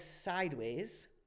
sideways